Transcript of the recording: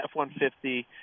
F-150